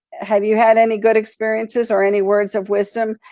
have you had any good experiences or any words of wisdom?